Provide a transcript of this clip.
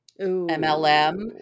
MLM